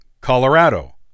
Colorado